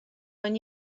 when